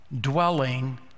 dwelling